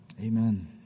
Amen